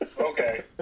Okay